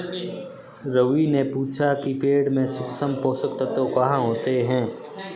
रवि ने पूछा कि पेड़ में सूक्ष्म पोषक तत्व कहाँ होते हैं?